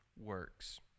works